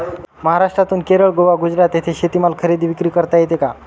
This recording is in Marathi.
महाराष्ट्रातून केरळ, गोवा, गुजरात येथे शेतीमाल खरेदी विक्री करता येतो का?